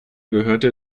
gehörte